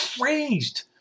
crazed